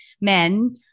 men